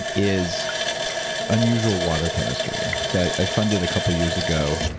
is unusual water chemistry. so i funded a couple of years ago.